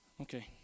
Okay